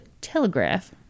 telegraph